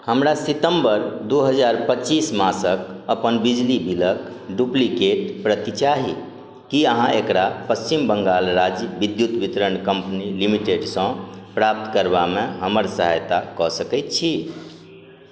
हमरा सितम्बर दू हजार पचीस मासक अपन बिजली बिलक डुप्लिकेट प्रति चाही की अहाँ एकरा पश्चिम बंगाल राज्य विद्युत वितरण कम्पनी लिमिटेडसँ प्राप्त करबामे हमर सहायता कऽ सकैत छी